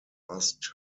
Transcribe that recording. asked